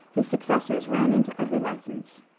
his successors ran into every license.